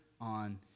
on